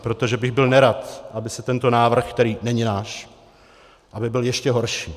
Protože bych byl nerad, aby tento návrh, který není náš, byl ještě horší.